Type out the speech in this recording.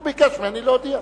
הוא ביקש ממני להודיע.